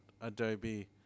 Adobe